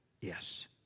Yes